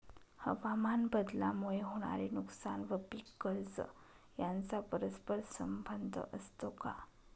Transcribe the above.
हवामानबदलामुळे होणारे नुकसान व पीक कर्ज यांचा परस्पर संबंध असतो का?